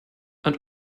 and